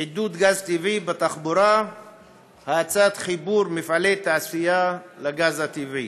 עידוד גז טבעי בתחבורה והאצת חיבור מפעלי תעשייה לגז טבעי.